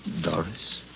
Doris